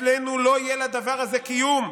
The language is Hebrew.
אצלנו לא יהיה לדבר כזה קיום,